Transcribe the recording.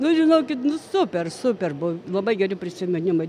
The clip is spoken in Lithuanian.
nu žinokit nu super super buvo labai geri prisiminimai